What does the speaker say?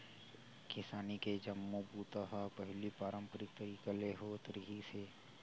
किसानी के जम्मो बूता ह पहिली पारंपरिक तरीका ले होत रिहिस हे